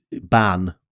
ban